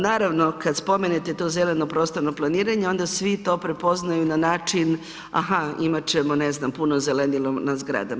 Naravno kad spomenete to zeleno prostorno planiranje onda svi to prepoznaju na način a ha imati ćemo ne znam puno zelenila na zgradama.